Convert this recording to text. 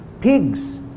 Pigs